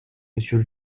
monsieur